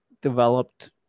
developed